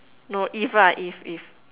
no if lah if if